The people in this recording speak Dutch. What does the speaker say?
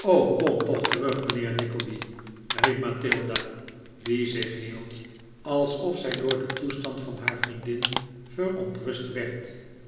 o kom toch terug mijnheer nickleby riep mathilda die zich hield alsof zij door den toestand van haar vriendin verontrust werd